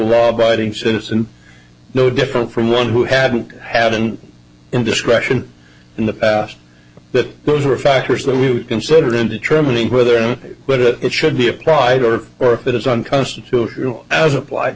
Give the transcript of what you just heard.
law abiding citizen no different from one who had had an indiscretion in the past that those were factors that we considered in determining whether or no but it should be applied or or that it's unconstitutional as applied